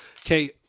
okay